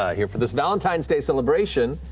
ah here for this valentine's day celebration.